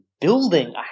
building